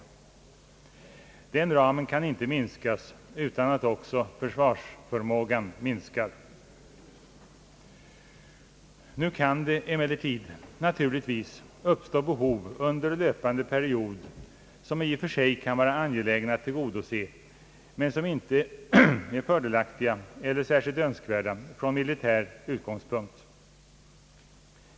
Den ramen kan inte minskas utan att också försvarsförmågan minskar. Nu kan det emellertid naturligtvis uppstå behov under löpande period, som i och för sig kan vara angelägna att tillgodose men som inte är fördelaktiga eller särskilt önskvärda från militär utgångspunkt.